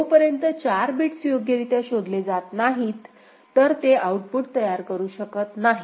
जोपर्यंत 4 बिट्स योग्यरित्या शोधले जात नाहीत तर ते आउटपुट तयार करू शकत नाही